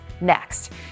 next